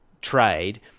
trade